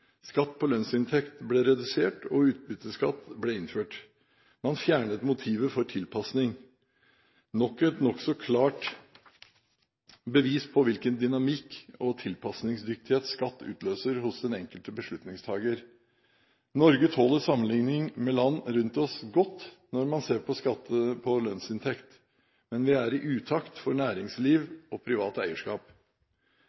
Skatt på lønnsinntekt ble redusert, og utbytteskatt ble innført. Man fjernet motivet for tilpasning – nok et nokså klart bevis på hvilken dynamikk og tilpasningsdyktighet skatt utløser hos den enkelte beslutningstaker. Norge tåler godt sammenligning med land rundt oss når man ser på skatt på lønnsinntekt, men vi er i utakt for næringsliv